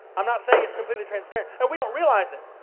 i'm not saying it's completely transparent. we don't realise it.